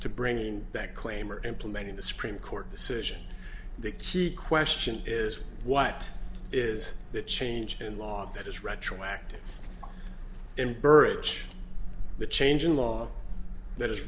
to bringing that claim or implementing the supreme court decision the key question is what is the change in law that is retroactive and burrage the change in law that